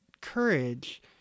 courage